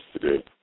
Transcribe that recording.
today